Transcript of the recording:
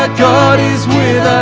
ah god is for